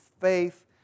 faith